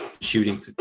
shooting